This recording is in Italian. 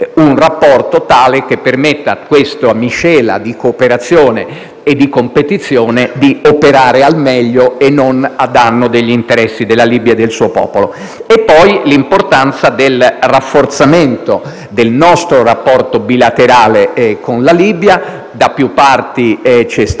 un rapporto tale da permettere a questa miscela di cooperazione e competizione di operare al meglio e non a danno degli interessi della Libia e del suo popolo. Ricordo poi l'importanza del rafforzamento del nostro rapporto bilaterale con la Libia, che ci è stato